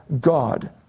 God